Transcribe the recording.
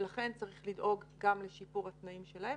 ולכן צריך לדאוג גם לשיפור התנאים שלהם,